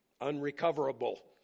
unrecoverable